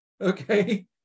Okay